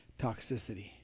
toxicity